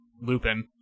Lupin